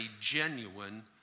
genuine